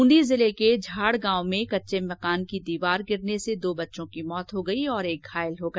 बूंदी जिले के झाड़ गांव में कच्चे मकान की दीवार गिरने से दो बच्चों की मौत हो गयी और एक घायल हो गया